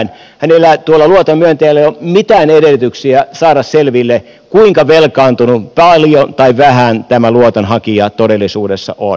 tuolla luoton myöntäjällä ei ole mitään edellytyksiä saada selville kuinka velkaantunut paljon tai vähän tämä luotonhakija todellisuudessa on